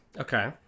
Okay